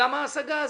למה ההשגה הזאת?